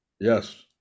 Yes